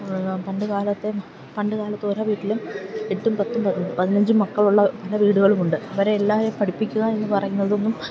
പണ്ടുകാലത്ത് ഓരോ വീട്ടിലും എട്ടും പത്തും പതിനഞ്ചും മക്കളുള്ള പല വീടുകളുമുണ്ട് അവരെ എല്ലാവരെയും പഠിപ്പിക്കുക എന്നു പറയുന്നതൊന്നും